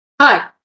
Hi